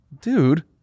Dude